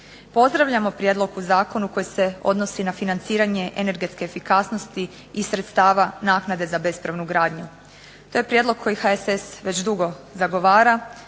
Pozdravljamo prijedlog u zakonu koji se odnosi na financiranje energetske efikasnosti i sredstava naknade za bespravnu gradnju. To je prijedlog koji HSS već dugo zagovara